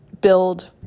build